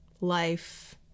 life